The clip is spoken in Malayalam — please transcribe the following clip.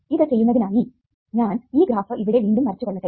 ഇത് ചെയ്യുന്നതിനായി ഞാൻ ഈ ഗ്രാഫ് ഇവിടെ വീണ്ടും വരച്ചുകൊള്ളട്ടെ